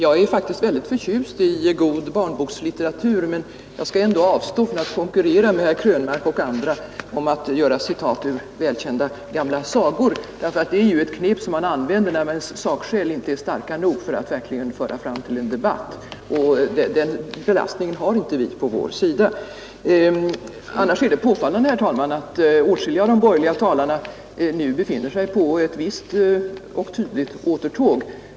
Herr talman! Jag är faktiskt förtjust i god barnlitteratur, men jag skall ändå avstå från att konkurrera med herr Krönmark och andra om att dra liknelser ur välkända gamla sagor. Det är ju ett knep som man använder när ens sakskäl inte är starka nog för att verkligen bli framförda i en debatt, och den belastningen har inte vi på vår sida. Annars är det påfallande, herr talman, att åtskilliga av de borgerliga talarna nu befinner sig på ett visst och tydligt återtåg.